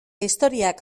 historiak